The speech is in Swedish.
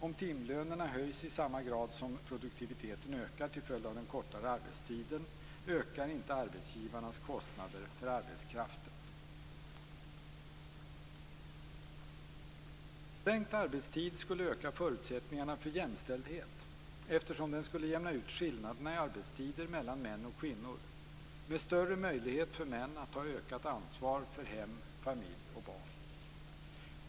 Om timlönerna höjs i samma grad som produktiviteten ökar till följd av den kortare arbetstiden ökar inte arbetsgivarnas kostnader för arbetskraften. Sänkt arbetstid skulle öka förutsättningarna för jämställdhet eftersom den skulle jämna ut skillnaderna i arbetstider mellan män och kvinnor, med större möjlighet för män att ta ökat ansvar för hem, familj och barn.